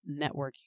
networking